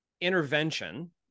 intervention